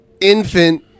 infant